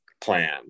plan